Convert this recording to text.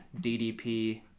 DDP